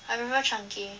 I prefer chunky